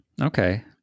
Okay